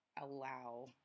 allow